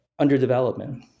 underdevelopment